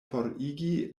forigi